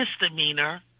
misdemeanor